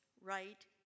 right